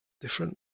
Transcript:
different